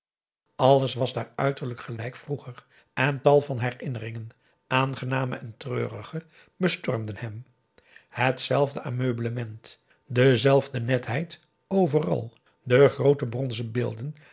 alles was daar uiterlijk gelijk vroeger en tal van herinneringen aangename en treurige bestormden hem hetzelfde ameublement dezelfde netheid overal de groote bronzen beelden